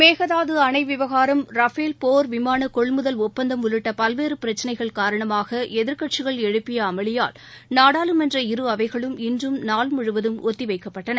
மேகதாது அணை விவகாரம் ரஃபேல் போர் விமான கொள்முதல் ஒப்பந்தம் உள்ளிட்ட பல்வேறு பிரச்சினைகள் காரணமாக எதிர்க்கட்சிகள் எழுப்பிய அமளியால் நாடாளுமன்றத்தின் இருஅவைகளும் இன்றும் நாள் முழுவதும் ஒத்திவைக்கப்பட்டன